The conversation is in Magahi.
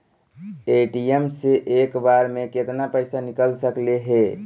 ए.टी.एम से एक बार मे केतना पैसा निकल सकले हे?